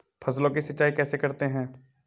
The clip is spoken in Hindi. फसलों की सिंचाई कैसे करते हैं?